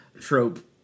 trope